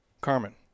Carmen